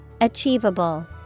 Achievable